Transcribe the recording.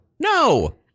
No